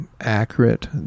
accurate